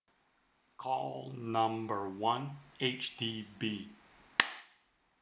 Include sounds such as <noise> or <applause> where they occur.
call number one H_D_B <noise>